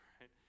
right